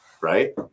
right